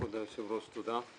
כבוד היושב ראש, תודה.